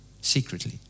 secretly